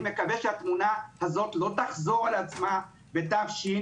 אני מקווה שהתלונה הזאת לא תחזור על עצמה בתשפ"ב.